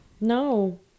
No